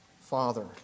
Father